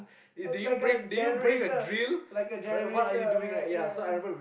it's like a generator like a generator right right right